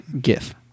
gif